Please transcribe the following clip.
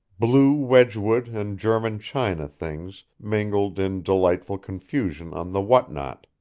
blue wedgwood and german china things mingled in delightful confusion on the what-not.